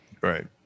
Right